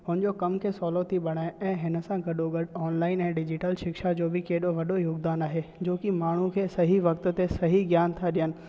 उन जो कम खे सवलो थी बणाए ऐं हिन सां गॾो गॾु ऑनलाइन ऐं डिजिटल शिक्षा जो बि केॾो वॾो योगदानु आहे जो की माण्हू खे सही वक़्त ते सही ज्ञानु था ॾियनि